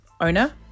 owner